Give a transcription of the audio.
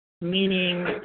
meaning